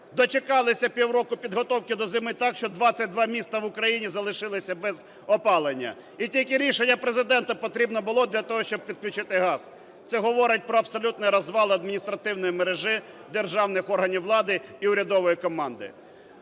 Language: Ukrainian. Дочекалися півроку підготовки до зими так, що 22 міста в Україні залишилися без опалення. І тільки рішення Президента потрібно було для того, щоб підключити газ. Це говорить про абсолютний розвал адміністративної мережі державних органів влади і урядової команди.